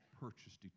purchased